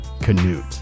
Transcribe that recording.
Canute